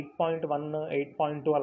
8.1-8.2